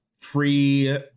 three